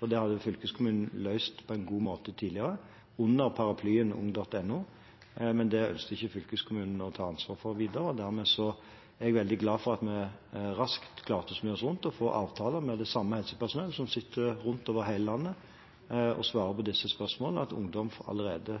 Det hadde fylkeskommunen løst på en god måte tidligere under paraplyen ung.no, men det ønsket ikke fylkeskommunen å ta ansvar for videre. Derfor er jeg veldig glad for at vi raskt klarte å snu oss rundt og få til avtaler med det samme helsepersonellet som sitter rundt i hele landet og svarer på disse spørsmålene, og at ungdom allerede